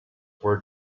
were